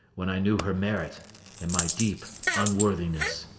when i knew her merit and my deep unworthiness.